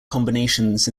combinations